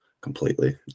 completely